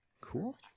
Cool